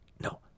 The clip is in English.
no